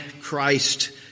Christ